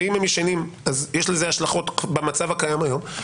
ואם הם ישנים אז יש לזה השלכות במצב הקיים היום.